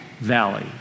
valley